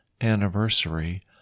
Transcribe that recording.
anniversary